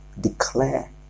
declare